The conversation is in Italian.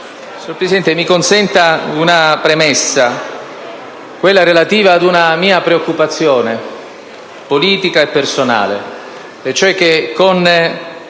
Signor Presidente, mi consenta una premessa relativa ad una mia preoccupazione, politica e personale, e cioè che con